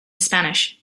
spanish